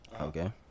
Okay